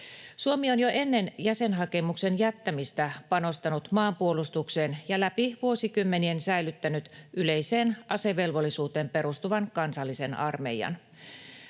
Suomi on jo ennen jäsenhakemuksen jättämistä panostanut maanpuolustukseen ja läpi vuosikymmenien säilyttänyt yleiseen asevelvollisuuteen perustuvan kansallisen armeijan.